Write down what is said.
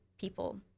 people